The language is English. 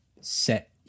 set